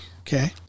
Okay